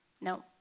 No